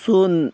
ᱥᱩᱱ